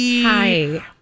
hi